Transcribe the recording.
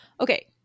Okay